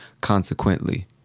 consequently